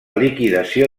liquidació